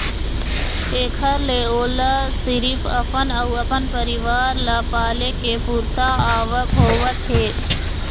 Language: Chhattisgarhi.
एखर ले ओला सिरिफ अपन अउ अपन परिवार ल पाले के पुरता आवक होवत हे